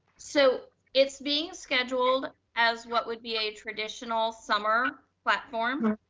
so it's being scheduled as what would be a traditional summer platform,